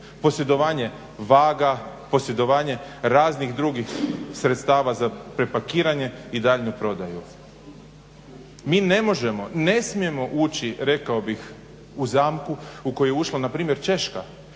posjedovanje vaga, posjedovanje raznih drugih sredstava za prepakiranje i daljnju prodaju. Mi ne možemo, ne smijemo ući rekao bih u zamku u koju je ušla npr. Češka